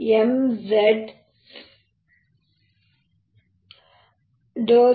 xxxxyyzzr5mxxr3 3m